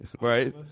Right